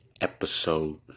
episode